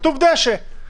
כתוב: "דשא".